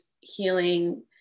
healing